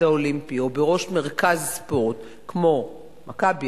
האולימפי או בראש מרכז ספורט כמו "מכבי",